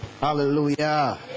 Hallelujah